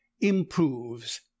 IMPROVES